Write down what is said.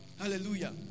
Hallelujah